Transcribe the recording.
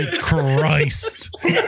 Christ